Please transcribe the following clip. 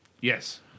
Yes